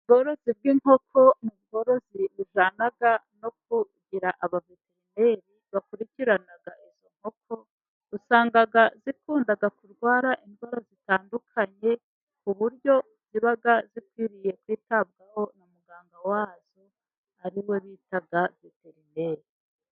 Ubworozi bw'inkoko ni ubworozi bujyana no kugira abaveteri bakurikirana izo nkoko usanga zikunda kurwara indwara zitandukanye ku buryo ziba zikwiriye kwitabwaho na muganga wazo ari we bita veterineri.